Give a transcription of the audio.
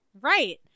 Right